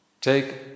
take